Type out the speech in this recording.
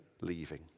leaving